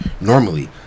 normally